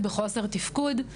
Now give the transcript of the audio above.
בחוסר תפקוד.